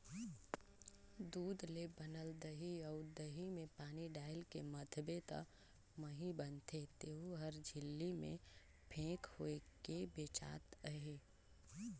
दूद ले बनल दही अउ दही में पानी डायलके मथबे त मही बनथे तेहु हर झिल्ली में पेक होयके बेचात अहे